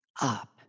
up